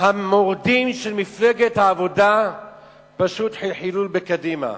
המורדים של מפלגת העבודה פשוט חלחלו בקדימה.